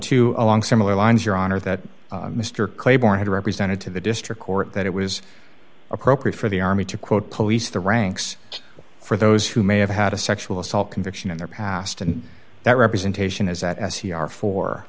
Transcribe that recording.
too along similar lines your honor that mr claiborne had represented to the district court that it was appropriate for the army to quote police the ranks for those who may have had a sexual assault conviction in their past and that representation is that as he are for